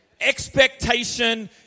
Expectation